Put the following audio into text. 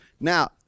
now